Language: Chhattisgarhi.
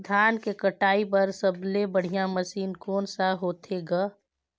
धान के कटाई बर सबले बढ़िया मशीन कोन सा होथे ग?